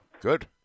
Good